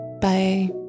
Bye